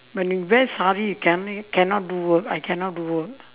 when we wear sari cannot cannot do work I cannot do work